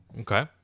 Okay